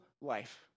life